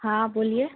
हाँ बोलिए